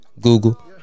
Google